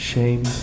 Shame